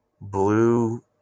blue